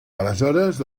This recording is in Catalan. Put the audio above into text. aleshores